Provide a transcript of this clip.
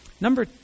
Number